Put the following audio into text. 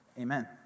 amen